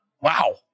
wow